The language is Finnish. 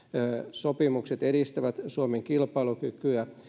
sopimukset edistävät suomen kilpailukykyä